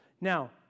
Now